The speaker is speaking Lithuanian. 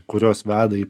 kurios veda į